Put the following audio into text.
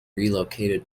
relocated